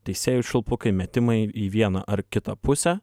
teisėjų švilpukai metimai į vieną ar kitą pusę